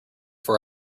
four